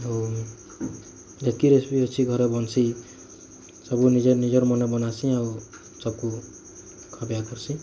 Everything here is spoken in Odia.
ଆଉ ଯେତ୍କି ରେସିପି ଅଛି ଘରେ ବନ୍ସି ସବୁ ନିଜେ ନିଜର ମନ ବନାସି ଆଉ ସବକୁ ଖା ପିଆ କର୍ସି